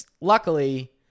Luckily